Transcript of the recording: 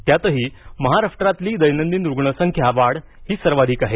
त्यातही महाराष्ट्रातील दैनंदिन रुग्ण संख्या वाढ ही सर्वाधिक आहे